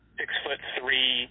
six-foot-three